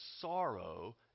sorrow